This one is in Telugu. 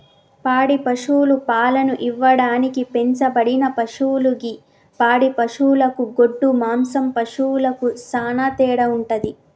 పాడి పశువులు పాలను ఇవ్వడానికి పెంచబడిన పశువులు గి పాడి పశువులకు గొడ్డు మాంసం పశువులకు సానా తేడా వుంటది